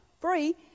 free